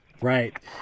right